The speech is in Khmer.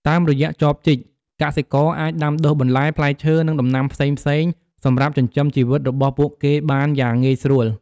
តាមរយៈចបជីក កសិករអាចដាំដុះបន្លែ ផ្លែឈើ និងដំណាំផ្សេងៗសម្រាប់ចិញ្ចឹមជីវិតរបស់ពួកគេបានយ៉ាងងាយស្រួល។